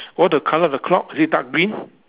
what the colour of the clock is it dark green